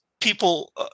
People